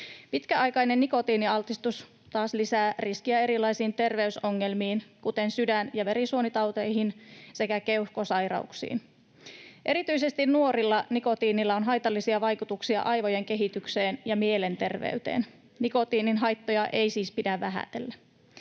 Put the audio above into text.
Pitkäaikainen nikotiinialtistus taas lisää riskiä erilaisiin terveysongelmiin, kuten sydän- ja verisuonitauteihin sekä keuhkosairauksiin. Erityisesti nuorille nikotiinilla on haitallisia vaikutuksia aivojen kehitykseen ja mielenterveyteen. Nikotiinin haittoja ei siis pidä vähätellä.